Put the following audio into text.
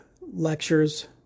lectures